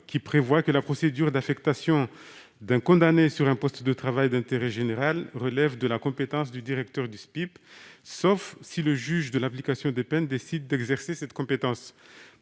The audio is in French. qui prévoit que la procédure d'affectation d'un condamné sur un poste de travail d'intérêt général relève de la compétence du directeur du SPIP, sauf si le juge de l'application des peines décide d'exercer cette compétence.